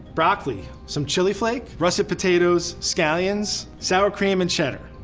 broccoli, some chili flake, russet potatoes, scallions, sour cream and cheddar.